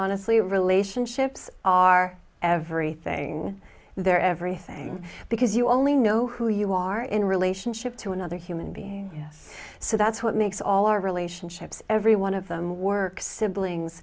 honestly relationships are every thing there everything because you only know who you are in relationship to another human being yes so that's what makes all our relationships every one of them work siblings